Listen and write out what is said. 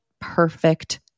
perfect